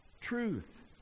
truth